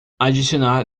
adicionar